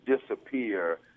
disappear